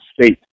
State